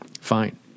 fine